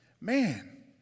man